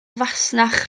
fasnach